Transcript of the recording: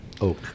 oak